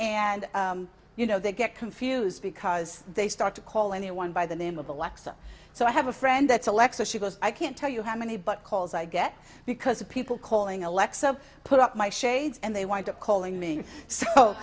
and you know they get confused because they start to call anyone by the name of alexa so i have a friend that's alexa she goes i can't tell you how many but calls i get because of people calling alexa put up my shades and they wanted to calling me so